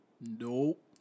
Nope